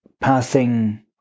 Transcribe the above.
passing